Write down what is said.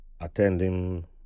attending